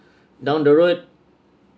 down the road